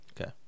Okay